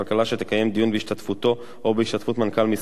שתקיים דיון בהשתתפותו או בהשתתפות מנכ"ל משרדו.